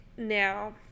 Now